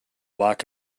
lack